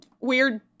weird